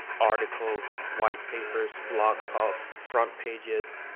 articles, white papers, blog post, front pages.